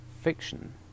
fiction